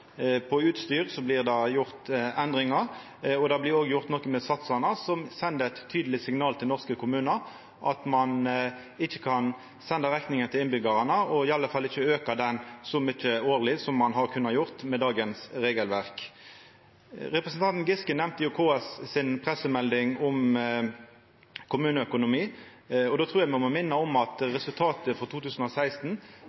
På utstyr blir det gjort endringar, og det blir òg gjort noko med satsane, som sender eit tydeleg signal til norske kommunar om at ein ikkje kan senda rekninga til innbyggjarane, og iallfall ikkje auka ho så mykje årleg som ein har kunna gjera med dagens regelverk. Representanten Giske nemnde KS’ pressemelding om kommuneøkonomi. Då trur eg me må minna om at